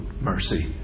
mercy